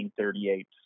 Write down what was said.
1938